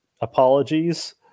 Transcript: apologies